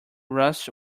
rust